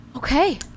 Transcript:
Okay